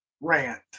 rant